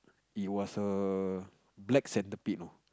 it was a black centipede know